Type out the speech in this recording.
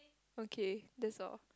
okay that's all